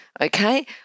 Okay